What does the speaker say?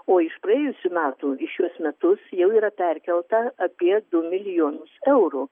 o iš praėjusių metų į šiuos metus jau yra perkelta apie du milijonus eurų